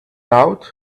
out